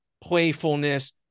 playfulness